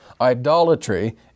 Idolatry